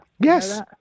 Yes